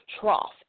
trough